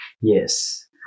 yes